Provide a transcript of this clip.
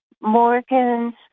Morgan's